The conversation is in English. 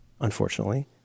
unfortunately